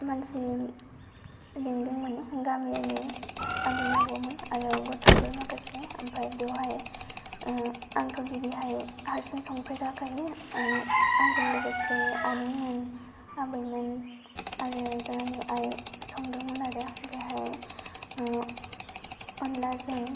मानसि लिंदोंमोन गामिनि आबै आबौमोन आरो गथ'फोर माखासे आमफाय बेवहाय आंथ' बिदि हायै हारसिं संफेराखै आं आंजों लोगोसे आनैमोन आबैमोन आरो जोंहानि आइ संदोंमोन आरो बेहाय अनलाजों